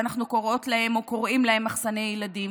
שאנחנו קוראות להם או קוראים להם "מחסני ילדים".